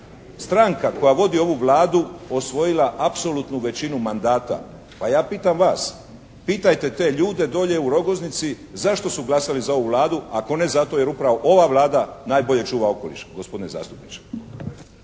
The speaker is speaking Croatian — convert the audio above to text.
stranka koja vodi ovu Vladu osvojila apsolutnu većinu mandata. Pa ja pitam vas pitajte te ljude dolje u Rogoznici zašto su glasali za ovu Vladu ako ne zato jer upravo ova Vlada najbolje čuva okoliš gospodine zastupniče.